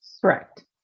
correct